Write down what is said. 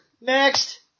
Next